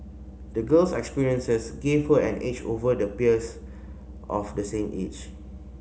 the girl's experiences gave her an edge over the peers of the same age